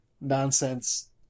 nonsense